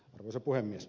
arvoisa puhemies